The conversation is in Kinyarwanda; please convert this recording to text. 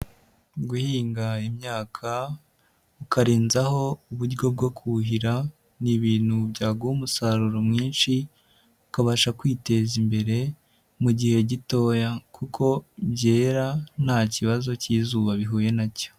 Guhinga imyaka ukarenzaho uburyo bwo kuhira, ni ibintu byaguha umusaruro mwinshi ukabasha kwiteza imbere mu gihe gitoya kuko byera nta kibazo cy'izuba bihuye na cyo.